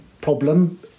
problem